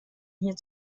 hier